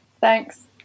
Thanks